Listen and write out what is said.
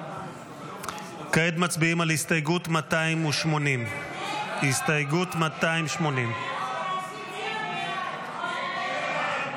280. כעת מצביעים על הסתייגות 280. הסתייגות 280. הסתייגות 280 לא